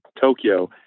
Tokyo